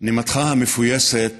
נימתך המפויסת